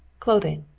clothing?